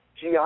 GI